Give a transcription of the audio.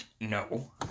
no